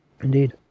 Indeed